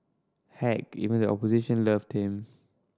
heck even the opposition loved him